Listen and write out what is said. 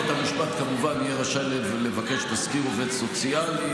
בית המשפט כמובן יהיה רשאי לבקש תסקיר עובד סוציאלי.